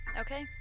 Okay